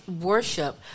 worship